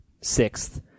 sixth